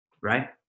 right